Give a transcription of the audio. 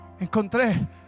Encontré